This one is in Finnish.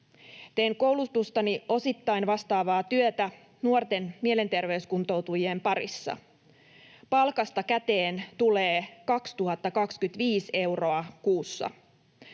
Teen koulutustani osittain vastaavaa työtä nuorten mielenterveyskuntoutujien parissa. Palkasta käteen tulee 2 025 euroa kuussa.